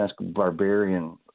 barbarian